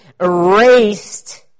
erased